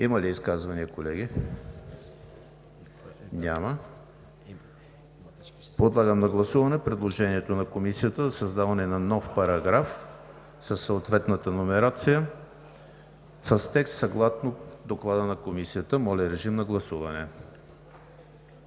Има ли изказвания, колеги? Няма. Подлагам на гласуване предложението на Комисията за създаване на нов параграф със съответната номерация, с текст съгласно Доклада на Комисията. Гласували